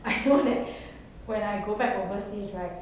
I don't like when I go back overseas